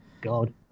God